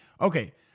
Okay